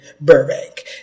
Burbank